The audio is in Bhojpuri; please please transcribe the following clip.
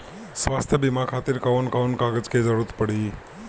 स्वास्थ्य बीमा खातिर कवन कवन कागज के जरुरत पड़ी?